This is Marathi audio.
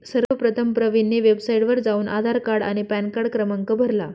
सर्वप्रथम प्रवीणने वेबसाइटवर जाऊन आधार कार्ड आणि पॅनकार्ड क्रमांक भरला